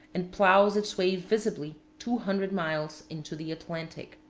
and plows its way visibly two hundred miles into the atlantic.